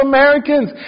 Americans